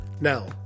now